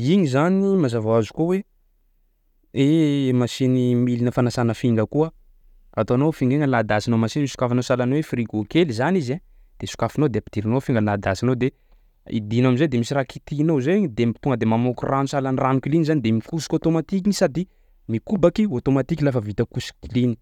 Igny zany mazava hoazy koa hoe machiny milina fanasana finga koa ataonao ao finga iny alahadahatsinao machiny sokafanao sahalan'ny hoe frigo kely zany izy a de sokafinao de ampidirinao ao finga alahadahatsinao de hidianao am'zay de misy raha kitihinao zay igny de tonga de mamoaky rano sahalan'ny rano kliny zany de mikosoka automatique igny sady mikobaky automatique lafa vita kosoky klin